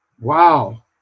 Wow